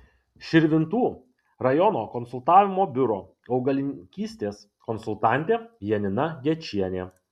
širvintų rajono konsultavimo biuro augalininkystės konsultantė janina gečienė